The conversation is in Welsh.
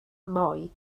moi